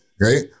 right